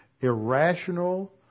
irrational